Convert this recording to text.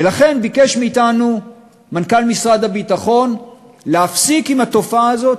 ולכן ביקש מאתנו מנכ"ל משרד הביטחון להפסיק את התופעה הזאת,